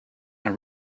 and